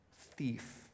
thief